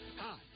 Hi